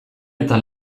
eta